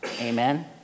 Amen